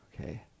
Okay